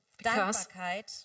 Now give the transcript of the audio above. Dankbarkeit